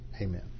amen